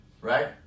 right